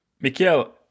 Mikael